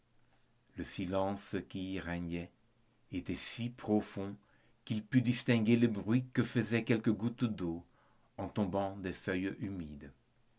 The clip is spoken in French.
le silence qui y régnait était si profond qu'il put distinguer le bruit que faisaient quelques gouttes d'eau en tombant des feuilles humides